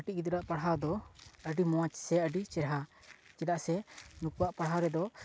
ᱠᱟᱹᱴᱤᱡ ᱜᱤᱫᱽᱨᱟᱹᱣᱟᱜ ᱯᱟᱲᱦᱟᱣ ᱫᱚ ᱟᱹᱰᱤ ᱢᱚᱡᱽ ᱥᱮ ᱟᱹᱰᱤ ᱪᱮᱦᱮᱨᱟ ᱪᱮᱫᱟᱜ ᱥᱮ ᱱᱩᱠᱩᱣᱟᱜ ᱯᱟᱲᱦᱟᱣ ᱨᱮᱫᱚ